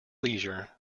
leisure